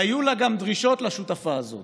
והיו לה גם דרישות, לשותפה הזאת.